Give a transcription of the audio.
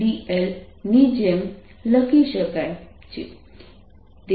dl ની જેમ લખી શકાય છે